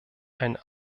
ein